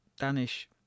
Danish